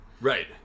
Right